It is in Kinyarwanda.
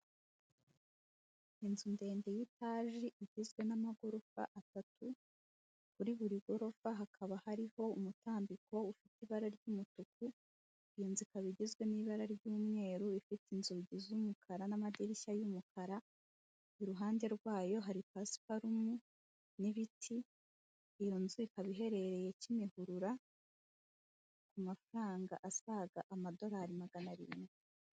Inzu ndende y'itaji igizwe n'amagorofa atatu, kuri buri gorofa hakaba hariho umutambiko ufite ibara ry'umutuku, iyo nzu ikaba igizwe n'ibara ry'umweru, ifite inzugi z'umukara n'amadirishya y'umukara, iruhande rwayo hari pasiparume n'ibiti, iyo nzu ikaba iherereye Kimihurura, ku mafaranga asaga amadolari magana arindwi.